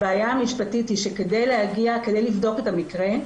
הבעיה המשפטית היא שכדי לבדוק את המקרה,